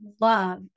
love